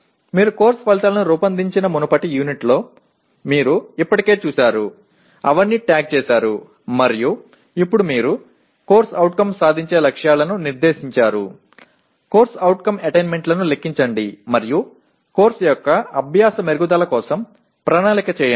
మీరు కోర్సు ఫలితాలను రూపొందించిన మునుపటి యూనిట్లలో మీరు ఇప్పటికే చేసారు అవన్నీ ట్యాగ్ చేసారు మరియు ఇప్పుడు మీరు CO సాధించే లక్ష్యాలను నిర్దేశించారు CO అటైన్మెంట్ లను లెక్కించండి మరియు కోర్సు యొక్క అభ్యాస మెరుగుదల కోసం ప్రణాళిక చేయండి